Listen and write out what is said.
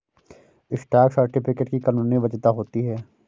stock certificate की कानूनी वैधता होती है